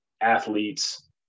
athletes